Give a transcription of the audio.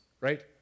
right